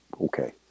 okay